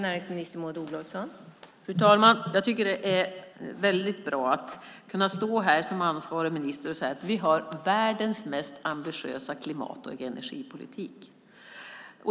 Fru talman! Jag tycker att det är väldigt bra att kunna stå här som ansvarig minister och säga att vi har världens mest ambitiösa klimat och energipolitik.